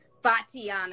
Fatiana